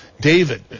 David